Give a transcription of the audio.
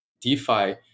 DeFi